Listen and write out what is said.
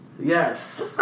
Yes